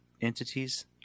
entities